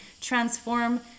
transform